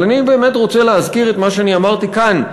אבל אני באמת רוצה להזכיר את מה שאני אמרתי כאן,